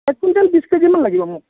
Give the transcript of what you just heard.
এক কুইণ্টল বিশ কেজিমান লাগিব মোক